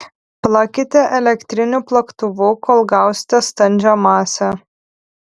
plakite elektriniu plaktuvu kol gausite standžią masę